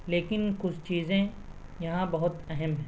لیکن کس چیزیں یہاں بہت اہم ہیں